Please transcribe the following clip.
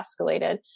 escalated